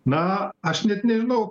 na aš net nežinau